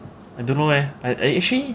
I don't know leh but actually